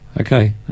okay